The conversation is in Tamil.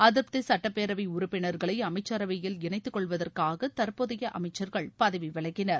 அதிருப்தி சுட்டப்பேரவை உறுப்பினர்களை அமைச்சரவையில் இணைத்துக்கொள்வதற்காக தற்போதைய அமைச்சர்கள் பதவி விலகினர்